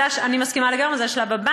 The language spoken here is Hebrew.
אני מסכימה לגמרי, זה השלב הבא.